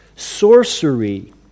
sorcery